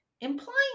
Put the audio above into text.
implying